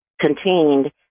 contained